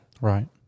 Right